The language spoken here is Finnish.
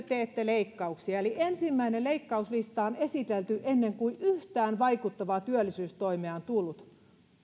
teette leikkauksia eli ensimmäinen leikkauslista on esitelty ennen kuin yhtään vaikuttavaa työllisyystoimea on tullut